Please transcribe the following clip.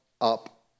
up